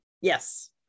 yes